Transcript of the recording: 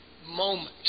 moment